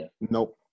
Nope